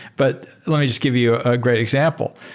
but let me just give you a great example.